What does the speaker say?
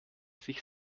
sich